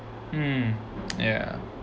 mm yeah